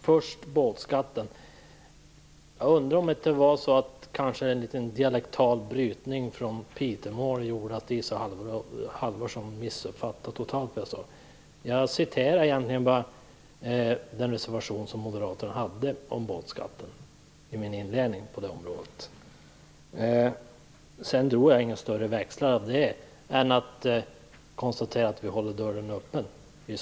Herr talman! Först vill jag ta upp båtskatten. Jag undrar om inte en liten dialektal brytning av Pitemål gjorde att Isa Halvarsson totalt missuppfattade vad jag sade. Jag citerade egentligen bara den moderata reservationen om båtskatten i min inledning. Sedan drog jag inga större växlar på det, mer än att jag konstaterade att vi socialdemokrater håller dörren öppen.